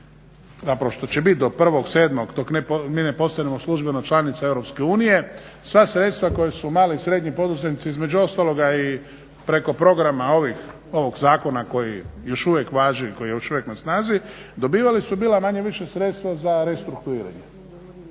zapravo što će bit do 1.7. dok mi ne postanemo službeno članica EU sva sredstva koja su mali i srednji poduzetnici između ostaloga i preko programa ovog zakona koji još uvijek važi, koji je još uvijek na snazi dobivali su bila manje-više sredstva za restrukturiranje.